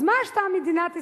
אז מה עשתה מדינת ישראל?